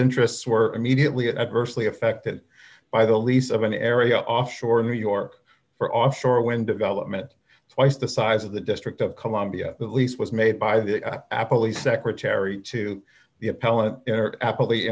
interests were immediately it adversely affected by the lease of an area offshore in new york for offshore wind development twice the size of the district of columbia at least was made by the apple the secretary to the appellant happ